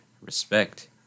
respect